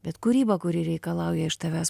bet kūryba kuri reikalauja iš tavęs